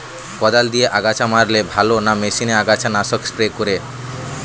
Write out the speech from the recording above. কদাল দিয়ে আগাছা মারলে ভালো না মেশিনে আগাছা নাশক স্প্রে করে?